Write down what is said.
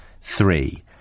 three